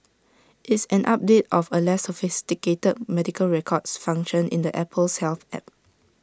it's an update of A less sophisticated medical records function in the Apple's health app